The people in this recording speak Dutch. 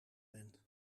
bent